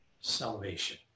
salvation